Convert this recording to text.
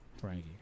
Frankie